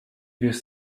wiesz